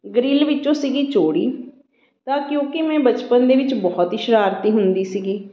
grill ਵਿੱਚੋਂ ਸੀਗੀ ਚੋੜੀ ਤਾਂ ਕਿਉਂਕਿ ਮੈਂ ਬਚਪਨ ਦੇ ਵਿੱਚ ਬਹੁਤ ਹੀ ਸ਼ਰਾਰਤੀ ਹੁੰਦੀ ਸੀਗੀ